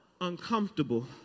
Uncomfortable